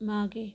मागे